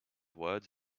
words